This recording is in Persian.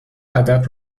ادب